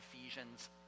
Ephesians